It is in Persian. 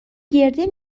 گردن